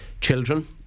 children